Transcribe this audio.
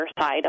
side